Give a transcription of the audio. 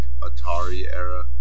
Atari-era